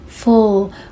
full